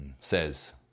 says